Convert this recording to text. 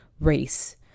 race